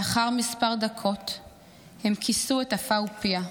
לאחר כמה דקות הם כיסו את אפה ופיה,